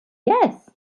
yes